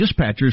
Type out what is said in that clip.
dispatchers